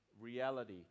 reality